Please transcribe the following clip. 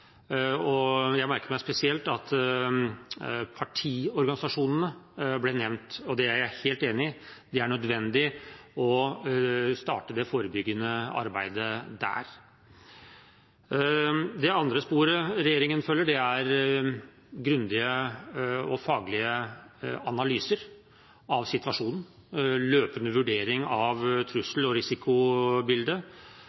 valget. Jeg merker meg spesielt at partiorganisasjonene blir nevnt, og det er jeg helt enig i: Det er nødvendig å starte det forebyggende arbeidet der. Det andre sporet regjeringen følger, er grundige og faglige analyser av situasjonen, løpende vurdering av